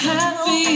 Happy